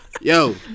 Yo